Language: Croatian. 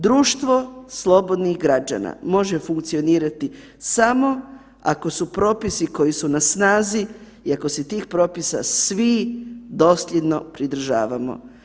Društvo slobodnih građana može funkcionirati samo ako su propisi koji su na snazi i ako se tih propisa svi dosljedno pridržavamo.